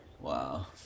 Wow